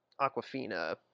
Aquafina